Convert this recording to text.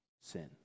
sin